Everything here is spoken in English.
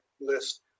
list